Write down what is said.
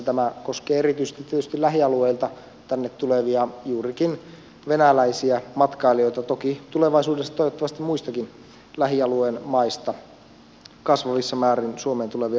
tämä koskee erityisesti tietysti lähialueilta tänne tulevia juurikin venäläisiä matkailijoita toki tulevaisuudessa toivottavasti muistakin lähialueen maista kasvavissa määrin suomeen tulevia matkailijoita